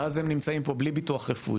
ואז הם נמצאים פה בלי ביטוח רפואי,